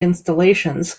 installations